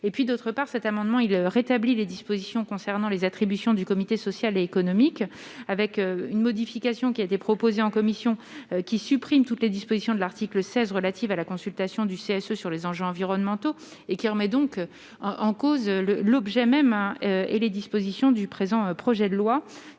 et puis d'autre part, cet amendement il rétabli des dispositions concernant les attributions du comité social et économique avec une modification qui a été proposé en commission qui supprime toutes les dispositions de l'article 16 relative à la consultation du CSE sur les enjeux environnementaux et qui remet donc en cause le l'objet même hein et les dispositions du présent projet de loi,